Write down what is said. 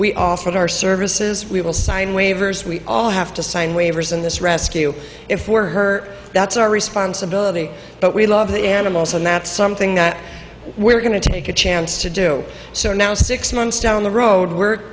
we offered our services we will sign waivers we all have to sign waivers in this rescue if we're hurt that's our responsibility but we love the animals and that's something we're going to take a chance to do so now six months down the road we're